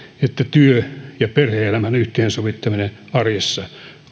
että työ ja perhe elämän yhteensovittaminen arjessa